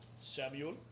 Samuel